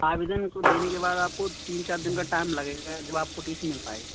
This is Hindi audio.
आवेदन को देने के बाद आपको तीन चार दिन का टाइम लगेगा जब आपको टी सी मिल पाएगी